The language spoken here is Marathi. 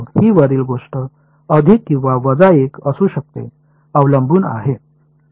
ही वरील गोष्ट अधिक किंवा वजा 1 असू शकते अवलंबून आहे